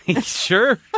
Sure